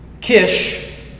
Kish